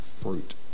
Fruit